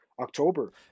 October